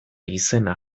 izena